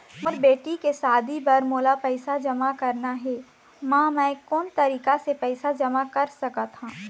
मोर बेटी के शादी बर मोला पैसा जमा करना हे, म मैं कोन तरीका से पैसा जमा कर सकत ह?